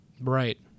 Right